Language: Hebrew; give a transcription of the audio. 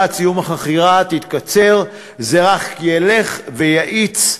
עד סיום החכירה תתקצר זה רק ילך ויואץ,